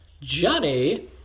Johnny